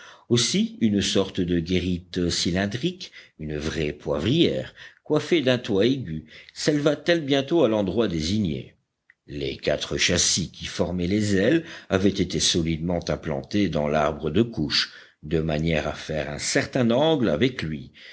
aussi une sorte de guérite cylindrique une vraie poivrière coiffée d'un toit aigu séleva t elle bientôt à l'endroit désigné les quatre châssis qui formaient les ailes avaient été solidement implantés dans l'arbre de couche de manière à faire un certain angle avec lui